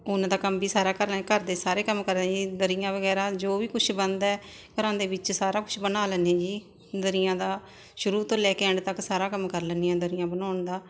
ਉਹਨਾਂ ਦਾ ਕੰਮ ਵੀ ਸਾਰਾ ਘਰਾਂ ਘਰ ਦੇ ਸਾਰੇ ਕੰਮ ਕਰਾਂ ਰਹੀ ਦਰੀਆਂ ਵਗੈਰਾ ਜੋ ਵੀ ਕੁਛ ਬਣਦਾ ਘਰਾਂ ਦੇ ਵਿੱਚ ਸਾਰਾ ਕੁਛ ਬਣਾ ਲੈਂਦੀ ਜੀ ਦਰੀਆਂ ਦਾ ਸ਼ੁਰੂ ਤੋਂ ਲੈ ਕੇ ਐਂਡ ਤੱਕ ਸਾਰਾ ਕੰਮ ਕਰ ਲੈਂਦੀ ਹਾਂ ਦਰੀਆਂ ਬਣਾਉਣ ਦਾ